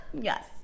Yes